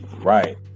Right